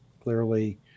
clearly